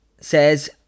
says